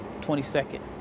22nd